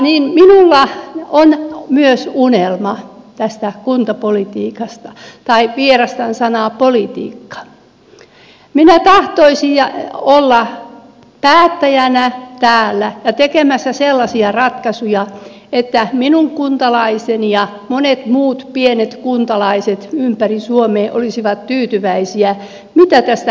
myös minulla on unelma tästä kuntapolitiikasta tai vierastan sanaa politiikka minä tahtoisin olla päättäjänä täällä ja tekemässä sellaisia ratkaisuja että minun kuntalaiseni ja monet muut pienet kuntalaiset ympäri suomea olisivat tyytyväisiä siihen mitä tästä kuntarakenneuudistuksesta tulee